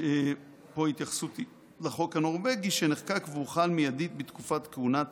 שפה ההתייחסות היא לחוק הנורבגי שנחקק והוחל מיידית בתקופת כהונת